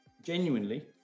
genuinely